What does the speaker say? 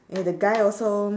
and the guy also